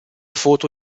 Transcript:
foto